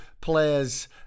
players